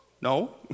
No